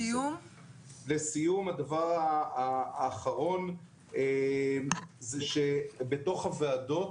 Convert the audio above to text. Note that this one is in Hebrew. הדבר האחרון זה שבתוך הוועדות